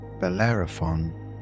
Bellerophon